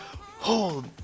hold